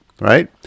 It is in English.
right